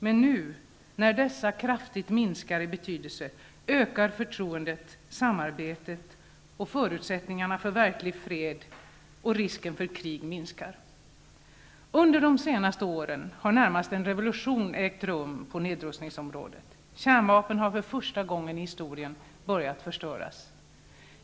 Men nu när dessa kraftigt minskar i betydelse, ökar förtroendet, samarbetet och förutsättningarna för verklig fred, och risken för krig minskar. Under de senaste åren har närmast en revolution ägt rum på nedrustningsområdet. Kärnvapen har för första gången i historien börjat förstöras.